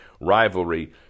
rivalry